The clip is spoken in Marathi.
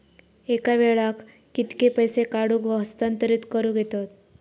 एका वेळाक कित्के पैसे काढूक व हस्तांतरित करूक येतत?